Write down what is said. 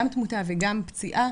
גם תמותה וגם פציעה,